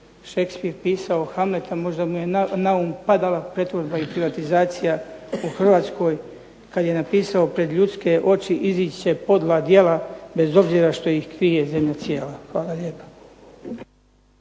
Shakespeare pisao Hamleta možda mu je na um padala pretvorba i privatizacija u Hrvatskoj, kada je napisao "Pred ljudske oči izići će podla djela bez obzira što ih krije zemlja cijela". Hvala lijepa.